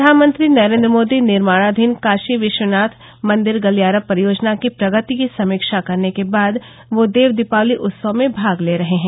प्रधानमंत्री नरेन्द्र मोदी निर्माणाधीन काशी विश्वनाथ मंदिर गलियारा परियोजना की प्रगति की समीक्षा करने के बाद वह देव दीपावली उत्सव में भाग ले रहे है